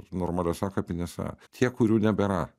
normaliose kapinėse tie kurių nebėra